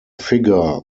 figure